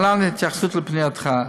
להלן ההתייחסות לפנייתך: